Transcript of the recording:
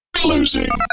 closing